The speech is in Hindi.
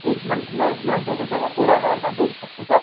एक मन्थ में लोन प्रोसेस हो जाएगा पूरा एमाउन्ट हमको एक साथ मिल जाएगा